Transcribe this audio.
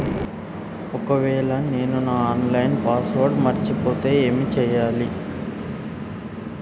ఒకవేళ నేను నా ఆన్ లైన్ పాస్వర్డ్ మర్చిపోతే ఏం చేయాలే?